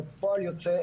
כפועל יוצא,